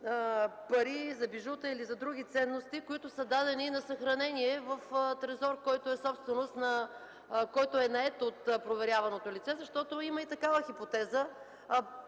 пари, за бижута или за други ценности, които са дадени на съхранение в трезор, който е нает от проверяваното лице, защото има и такава хипотеза,